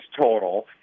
total